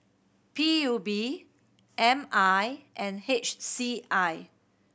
P U B M I and H C I